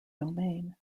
domain